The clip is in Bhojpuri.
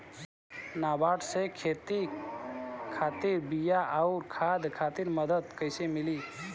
नाबार्ड से खेती खातिर बीया आउर खाद खातिर मदद कइसे मिली?